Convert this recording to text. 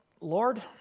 Lord